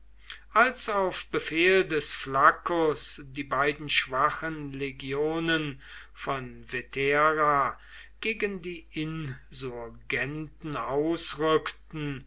als auf befehl des flaccus die beiden schwachen legionen von vetera gegen die insurgenten ausrückten